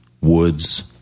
Woods